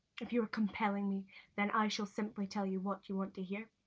if you are compelling me then i shall simply tell you what you want to hear.